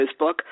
Facebook